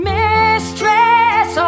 mistress